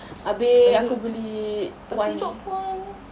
lepas tu tak tunjuk pun